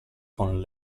con